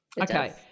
Okay